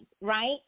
right